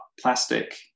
plastic